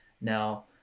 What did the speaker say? now